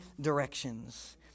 directions